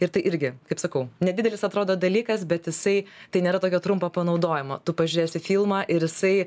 ir tai irgi kaip sakau nedidelis atrodo dalykas bet jisai tai nėra tokia trumpo panaudojimo tu pažiūrėsi filmą ir jisai